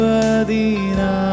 adina